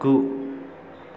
गु